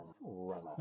run